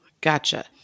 Gotcha